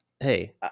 Hey